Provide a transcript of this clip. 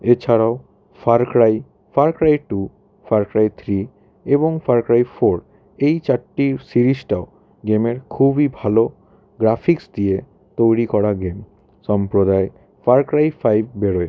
এছাড়াও Far Cry Far Cry two Far Cry three এবং Far Cry four এই চারটি সিরিসটাও গেমের খুবই ভালো গ্রাফিক্স দিয়ে তৈরি করা গেম সম্প্রদায় ফার ক্রাই ফাইভ বেরোয়